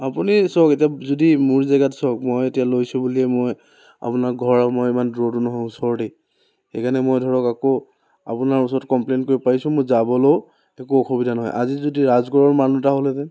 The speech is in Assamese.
আপুনি চাওক এতিয়া যদি মোৰ জেগাত চাওক মই এতিয়া লৈছো বুলিয়ে মই আপোনাৰ ঘৰ মই ইমান দূৰতো নহয় ওচৰতেই সেইকাৰণে মই ধৰক আকৌ আপোনাৰ ওচৰত ক'মপ্লেইন কৰিব পাৰিছো মই যাবলৈও একো অসুবিধা নহয় আজি যদি ৰাজগড়ৰ মানুহ এটা হ'লহেঁতেন